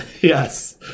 yes